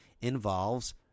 involves